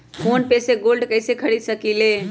Phone पे से gold कईसे खरीद सकीले?